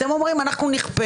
אתם אומרים שתכפו.